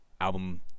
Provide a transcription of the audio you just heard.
album